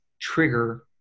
trigger